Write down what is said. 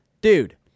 dude